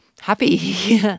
happy